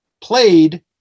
played